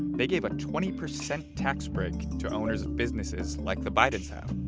they gave a twenty percent tax break to owners of businesses like the bidens have.